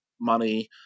money